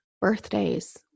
birthdays